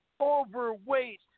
overweight